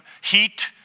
heat